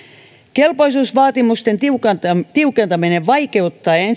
kelpoisuusvaatimusten tiukentaminen tiukentaminen vaikeuttaa